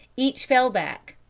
each fell back.